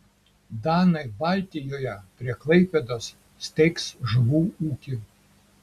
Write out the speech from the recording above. danai baltijoje prie klaipėdos steigs žuvų ūkį